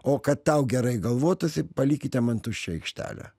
o kad tau gerai galvotųsi palikite man tuščią aikštelę